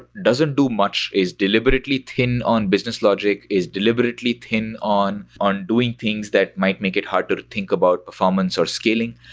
doesn't do much. is deliberately thin on business logic, is deliberately thin on on doing things that might make it hard to to think about performance or scaling,